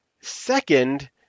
Second